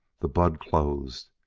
the bud closed.